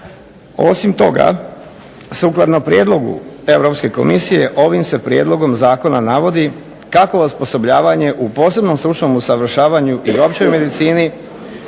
Osim toga, sukladno prijedlogu Europske komisije ovim se prijedlogom zakona navodi kako osposobljavanje u posebnom stručnom usavršavanju i općoj medicini